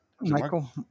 Michael